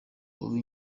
uba